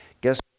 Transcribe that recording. Guess